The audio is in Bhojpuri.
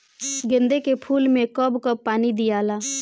गेंदे के फूल मे कब कब पानी दियाला?